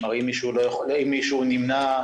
כלומר אם מישהו נמנע,